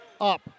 Up